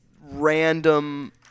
random